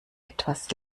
etwas